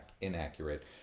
inaccurate